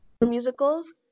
musicals